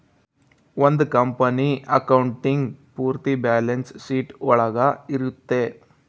ಒಂದ್ company accounting ಪೂರ್ತಿ balance sheet ಒಳಗ ಇರುತ್ತೆ